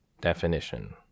Definition